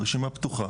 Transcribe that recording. אלא רשימה פתוחה,